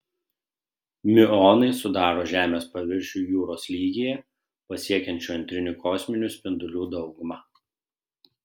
miuonai sudaro žemės paviršių jūros lygyje pasiekiančių antrinių kosminių spindulių daugumą